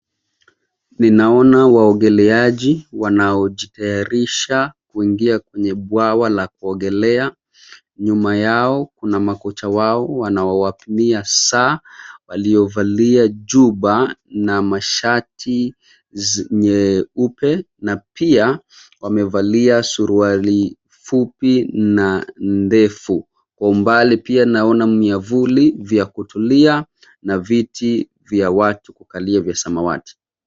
Ninaona waogeleaji wanaojitayarisha kuingia kwenye bwawa la kuogelea, nyuma yao kuna makocha wao wanaowapimia saa, waliovalia juba na mashati zi nyeupe na pia, wamevalia surwali fupi na ndefu. Kwa umbali pia naona myavuli vya kutulia na viti vya watu kukalia vya samawati.